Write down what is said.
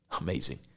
Amazing